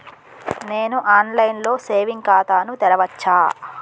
నేను online లో saving ఖాతా ను తెరవచ్చా?